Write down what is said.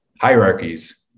hierarchies